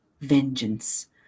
vengeance